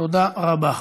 תודה רבה.